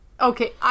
Okay